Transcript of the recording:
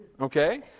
Okay